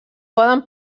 poden